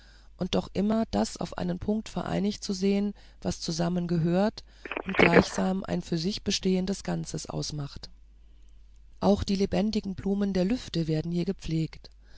und doch immer das auf einem punkte vereinigt zu sehen was zusammengehört und gleichsam ein für sich bestehendes ganzes ausmacht auch die lebendigen blumen der lüfte werden hier gepflegt